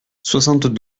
soixante